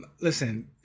Listen